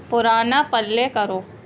پرانا پلے کرو